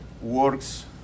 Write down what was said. works